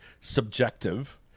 subjective